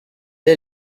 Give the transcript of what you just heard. est